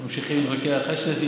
ממשיכים להתווכח: חד-שנתי,